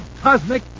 Cosmic